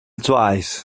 twice